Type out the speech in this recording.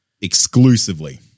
Exclusively